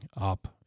up